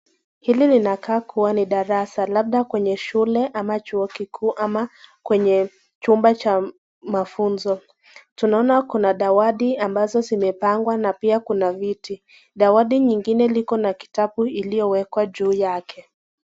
Hili linaonekana kuwa ni darasa, labda kwenye shule ama chuo kikuu, kwenye chumba cha mafunzo, tunaona kuna dawati ambazo zimepangwa na pia kuna viti, dawati linngine likona kitabu iliowekwa juu yake.